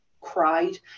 cried